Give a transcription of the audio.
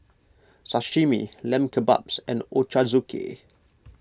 Sashimi Lamb Kebabs and Ochazuke